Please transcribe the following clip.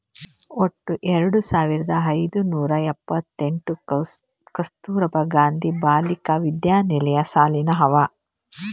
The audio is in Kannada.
ವಟ್ಟ ಎರಡು ಸಾವಿರದ ಐಯ್ದ ನೂರಾ ಎಪ್ಪತ್ತೆಂಟ್ ಕಸ್ತೂರ್ಬಾ ಗಾಂಧಿ ಬಾಲಿಕಾ ವಿದ್ಯಾಲಯ ಸಾಲಿ ಅವಾ